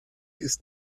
ist